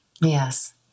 Yes